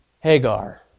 Hagar